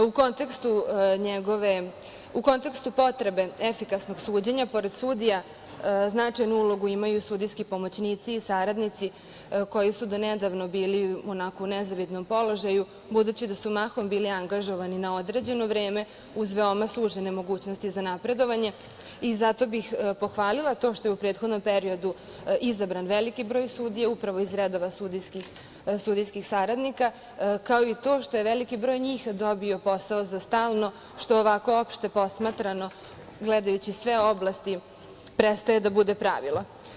U kontekstu potrebe efikasnog suđenja, pored sudija, značajnu ulogu imaju i sudijski pomoćnici i saradnici koji su donedavno bili u nezavidnom položaju, budući da su mahom bili angažovani na određeno vreme, uz veoma sužene mogućnosti za napredovanje, i zato bih pohvalila to što je u prethodnom periodu izabran veliki broj sudija, upravo iz redova sudijskih saradnika, kao i to što je veliki broj njih dobio posao za stalno, što ovako opšte posmatrano, gledajući sve oblasti, prestaje da bude pravilo.